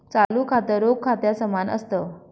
चालू खातं, रोख खात्या समान असत